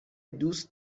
دوست